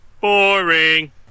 Boring